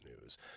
News